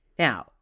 Now